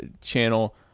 channel